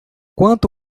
quanto